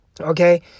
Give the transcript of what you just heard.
Okay